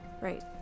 Right